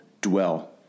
dwell